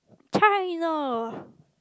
China